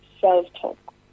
self-talk